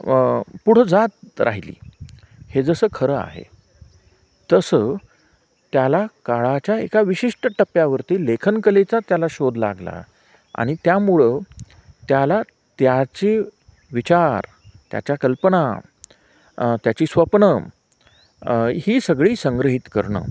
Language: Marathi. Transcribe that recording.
पुढं जात राहिली हे जसं खरं आहे तसं त्याला काळाच्या एका विशिष्ट टप्प्यावरती लेखनकलेचा त्याला शोध लागला आणि त्यामुळं त्याला त्याची विचार त्याच्या कल्पना त्याची स्वप्नं ही सगळी संग्रहित करणं